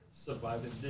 surviving